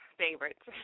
favorites